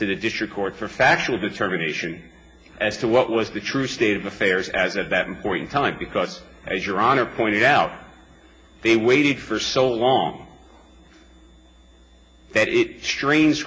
to the district court for factual determination as to what was the true state of affairs as of that important time because as your honor pointed out they waited for so long that it stra